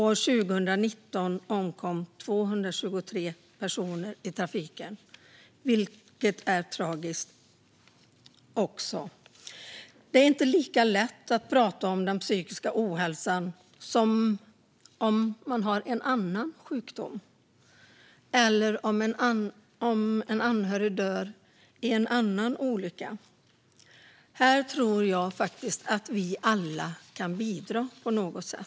År 2019 omkom 223 personer i trafiken. Detta är också tragiskt. Det är inte lika lätt att tala om den psykiska ohälsan som det är att tala om en annan sjukdom som man har eller om en anhörig dör i en olycka. Här tror jag faktiskt att vi alla kan bidra på något sätt.